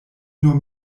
nur